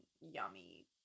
yummy